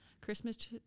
christmas